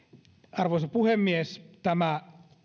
arvoisa puhemies tämä